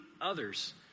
others